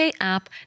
app